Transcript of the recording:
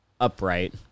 upright